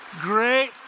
Great